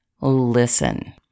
listen